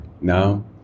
Now